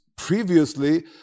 previously